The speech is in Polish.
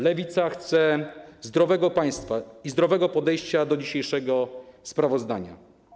Lewica chce zdrowego państwa i zdrowego podejścia do dzisiejszego sprawozdania.